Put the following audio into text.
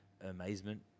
amazement